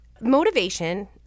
Motivation